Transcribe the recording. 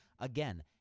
Again